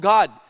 God